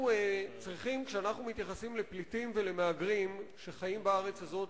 כשאנחנו מתייחסים לפליטים ולמהגרים שחיים בארץ הזאת,